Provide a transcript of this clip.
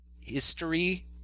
History